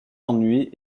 ennuis